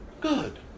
good